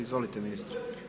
Izvolite ministre.